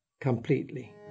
completely